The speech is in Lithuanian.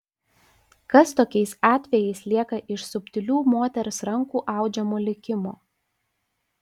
kas tokiais atvejais lieka iš subtilių moters rankų audžiamo likimo